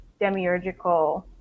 demiurgical